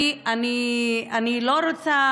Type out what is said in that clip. אני לא רוצה